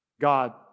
God